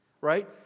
Right